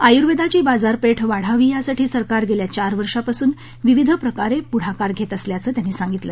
आयुर्वेदाची बाजारपेठ वाढावी यासाठी सरकार गेल्या चार वर्षांपासून विविध प्रकारे पुढाकार घेत असल्याचंही त्यांनी सांगितलं